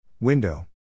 Window